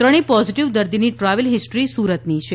ત્રણેય પોઝીટીવ દર્દીની travel history સુરતની છે